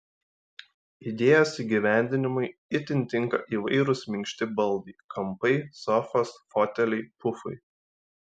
idėjos įgyvendinimui itin tinka įvairūs minkšti baldai kampai sofos foteliai pufai